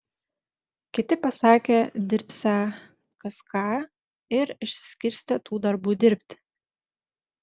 kiti pasakė dirbsią kas ką ir išsiskirstė tų darbų dirbti